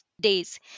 days